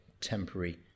temporary